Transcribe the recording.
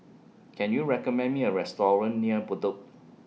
Can YOU recommend Me A Restaurant near Bedok